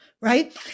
right